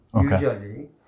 usually